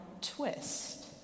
twist